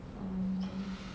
oh okay